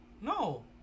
No